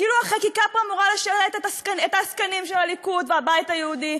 כאילו החקיקה פה אמורה לשרת את העסקנים של הליכוד והבית היהודי.